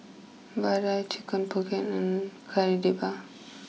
Vadai Chicken pocket and Kari Debal